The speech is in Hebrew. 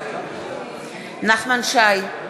נחמן שי,